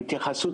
ההתייחסות,